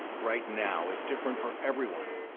right now is different for everyone.